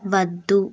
వద్దు